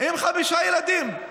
עם חמישה ילדים.